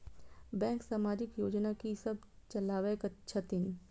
Bank समाजिक योजना की सब चलावै छथिन?